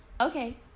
okay